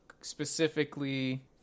Specifically